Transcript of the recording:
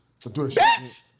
Bitch